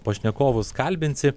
pašnekovus kalbinsi